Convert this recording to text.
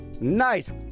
Nice